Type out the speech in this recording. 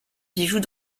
bijoux